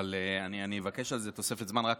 אבל אני אבקש תוספת זמן על זה,